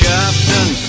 Captain